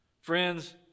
Friends